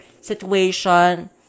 situation